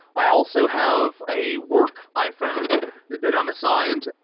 i also have a work iphone that i'm assigned.